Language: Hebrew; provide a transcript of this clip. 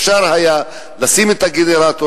אפשר היה לשים את הגנרטור,